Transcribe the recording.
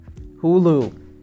Hulu